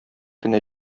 кенә